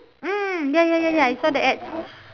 mm ya ya ya I saw the ads